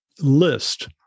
list